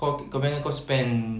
kau kau bayang kan kau spend